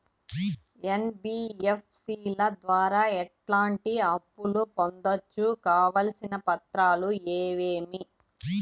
NBFC ల ద్వారా ఎట్లాంటి అప్పులు పొందొచ్చు? కావాల్సిన పత్రాలు ఏమేమి?